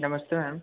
नमस्ते मैम